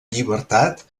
llibertat